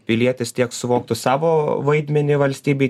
pilietis tiek suvoktų savo vaidmenį valstybėj